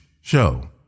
show